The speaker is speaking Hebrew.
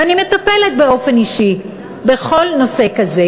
ואני מטפלת באופן אישי בכל נושא כזה.